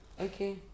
Okay